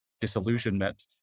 disillusionment